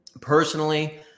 personally